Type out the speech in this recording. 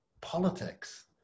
politics